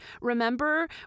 remember